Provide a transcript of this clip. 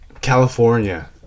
California